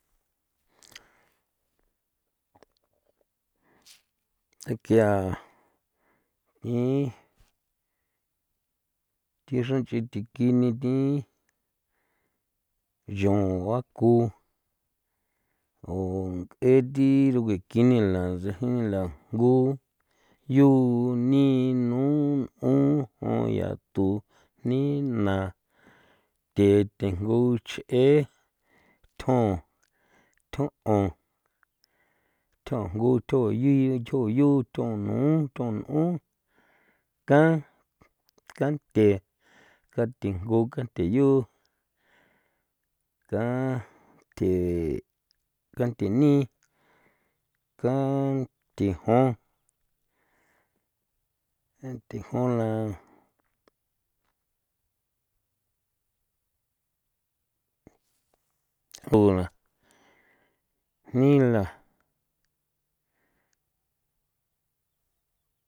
Tekia ni thi xra nch'i thikin ni thi yon a ku o ng'e thi rugekin ni la ntsa jin ni la jngu, yu, ni, nu, nꞌon, jon yatu, jni, na, the, thejngu, ch'e, thjon, thjon 'on, thjon jngu, thjon yu, thjon yu, thjon nu, thjon n'on, kan, kanthe, kanthe jngu, kanthe yu, ka nthe, kanthe ni, kanthe jon, kanthe jon la on la jni la.